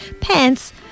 pants